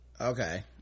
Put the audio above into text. Okay